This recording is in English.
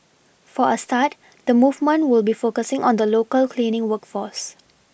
for a start the movement will be focusing on the local cleaning work force